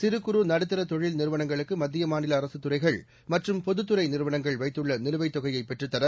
சிறு குறு நடுத்தர தொழில் நிறுவனங்களுக்கு மத்திய மாநில அரசு துறைகள் மற்றும் பொதுத்துறை நிறுவனங்கள் வைத்துள்ள நிலுவைத் தொகையை பெற்றுத்தர்